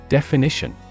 Definition